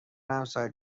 همسایه